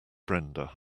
brenda